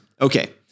Okay